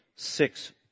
Six